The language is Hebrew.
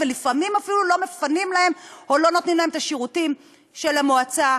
ולפעמים אפילו לא מפנים להם או לא נותנים להם את השירותים של המועצה,